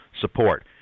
support